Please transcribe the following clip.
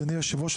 אדוני היושב ראש,